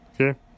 Okay